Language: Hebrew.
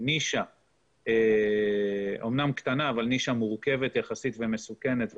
שהוא נישה אומנם קטנה אבל נישה מורכבת יחסית ומסוכנת,